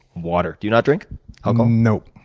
water. do you not drink alcohol? no.